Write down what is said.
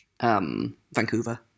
Vancouver